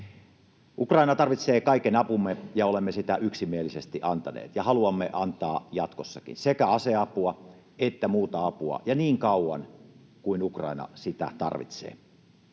Ukraina tarvitsee kaiken apumme, ja olemme sitä yksimielisesti antaneet ja haluamme antaa jatkossakin, sekä aseapua että muuta apua, ja niin kauan kuin Ukraina sitä tarvitsee.